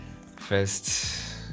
first